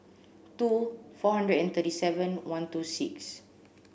two four hundred and thirty seven one two six